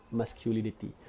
masculinity